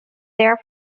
there